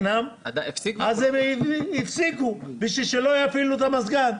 הפסיקו את זה כדי שלא יפעילו את המזגן,